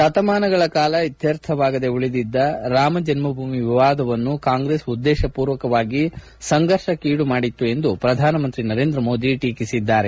ಶತಮಾನಗಳ ಕಾಲ ಇತ್ತರ್ಥವಾಗದೇ ಉಳಿದಿದ್ದ ರಾಮಜನ್ನಭೂಮಿ ವಿವಾದವನ್ನು ಕಾಂಗ್ರೆಸ್ ಉದ್ದೇಶಮೂರ್ವಕವಾಗಿ ಸಂಘರ್ಷಕ್ಕೀಡು ಮಾಡಿತ್ತು ಎಂದು ಪ್ರಧಾನಮಂತ್ರಿ ನರೇಂದ್ರಮೋದಿ ಟೀಕಿಸಿದ್ದಾರೆ